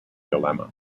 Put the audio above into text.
dilemma